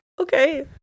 Okay